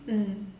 mm